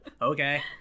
Okay